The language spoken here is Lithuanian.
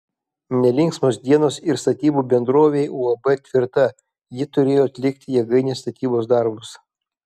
nelinksmos dienos ir statybų bendrovei uab tvirta ji turėjo atlikti jėgainės statybos darbus